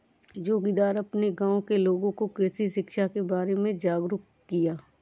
जोगिंदर अपने गांव के लोगों को कृषि शिक्षा के बारे में जागरुक किया